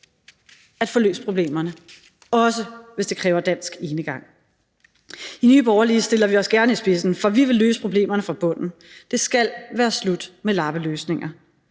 at få løst problemerne, også hvis det kræver dansk enegang. I Nye Borgerlige stiller vi os gerne i spidsen, for vi vil løse problemerne fra bunden. Det skal være slut med lappeløsninger.